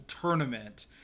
tournament